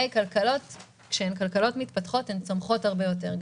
כלכלות מתפתחות צומחות הרבה יותר.